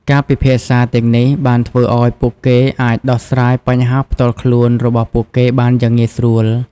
ការពិភាក្សាទាំងនេះបានធ្វើឱ្យពួកគេអាចដោះស្រាយបញ្ហាផ្ទាល់ខ្លួនរបស់ពួកគេបានយ៉ាងងាយស្រួល។